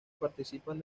participan